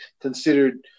considered